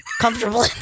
comfortable